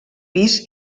pis